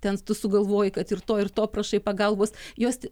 ten tu sugalvoji kad ir to ir to prašai pagalbos jos